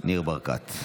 ניר ברקת.